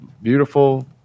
beautiful